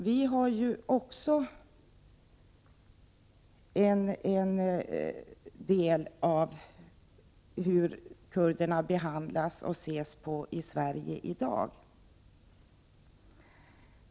Vi har också en del i hur kurderna behandlas och ses på i Sverige i dag.